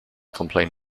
complain